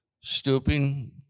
stooping